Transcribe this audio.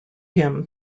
him